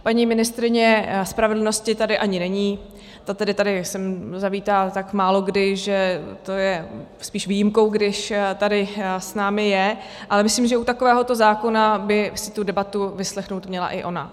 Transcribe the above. Paní ministryně spravedlnosti tady ani není, ta tedy sem zavítá tak málokdy, že to je spíš výjimkou, když tady s námi je, ale myslím, že u takového zákona by si tu debatu vyslechnout měla i ona.